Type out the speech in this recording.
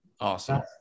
Awesome